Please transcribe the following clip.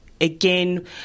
again